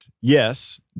yes